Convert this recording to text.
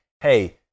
Hey